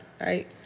right